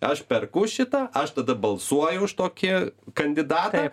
aš perku šitą aš tada balsuoju už tokį kandidatą